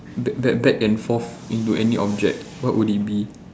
back back back and forth into any object what would it be